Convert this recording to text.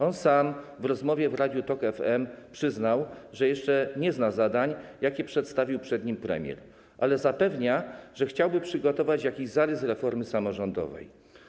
On sam w rozmowie w Radiu TOK FM przyznał, że jeszcze nie zna zadań, jakie postawił przed nim premier, ale zapewnia, że chciałby przygotować jakiś zarys reformy samorządowej.